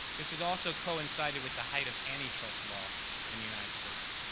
this is also coincided with the height of anti-trust law in the united states.